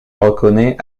reconnais